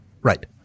Right